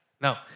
Now